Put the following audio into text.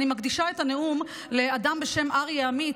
אני מקדישה את הנאום לאדם בשם אריה עמית,